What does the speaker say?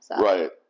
Right